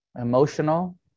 emotional